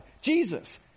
Jesus